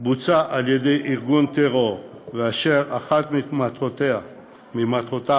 בוצע על-ידי ארגון טרור ואשר אחת ממטרותיו הייתה